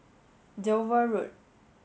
Dover Road